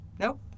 Nope